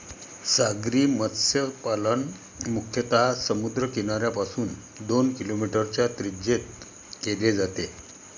सागरी मत्स्यपालन मुख्यतः समुद्र किनाऱ्यापासून दोन किलोमीटरच्या त्रिज्येत केले जाते